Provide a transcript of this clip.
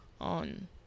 on